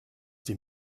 die